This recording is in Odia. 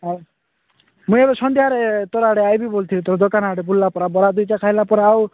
ହେଉ ମୁଁ ଏବେ ସନ୍ଧ୍ୟା ଆଡ଼େ ତୋର ଆଡ଼େ ଆସିବି ବୋଲୁଥିଲି ତୋ ଦୋକାନ ଆଡ଼େ ବୁଲିଲା ପରି ବରା ଦୁଇଟା ଖାଇଲା ପରା ଆଉ